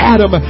Adam